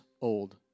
old